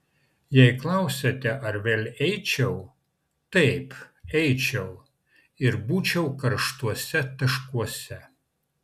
jei klausiate ar vėl eičiau taip eičiau ir būčiau karštuose taškuose